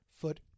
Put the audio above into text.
foot